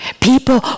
People